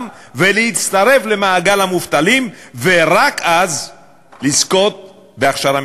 ולהצטרף למעגל המובטלים ורק אז לזכות בהכשרה מקצועית.